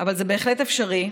אבל זה בהחלט אפשרי,